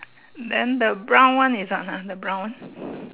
then the brown one is what ah the brown one